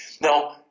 Now